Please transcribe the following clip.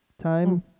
Time